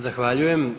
Zahvaljujem.